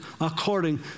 according